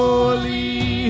Holy